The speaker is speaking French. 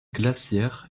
glaciaires